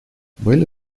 были